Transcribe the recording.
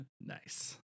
Nice